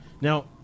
now